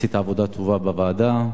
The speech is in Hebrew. עשית עבודה טובה בוועדה,